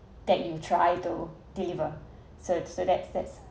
that you try to deliver said stood access